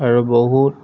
আৰু বহুত